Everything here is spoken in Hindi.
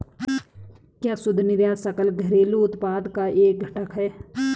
क्या शुद्ध निर्यात सकल घरेलू उत्पाद का एक घटक है?